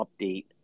update